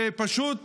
ופשוט